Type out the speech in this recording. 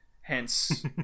Hence